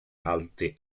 alte